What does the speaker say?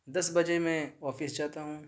دس بجے میں آفس جاتا ہوں